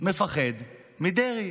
מפחד מדרעי.